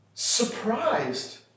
surprised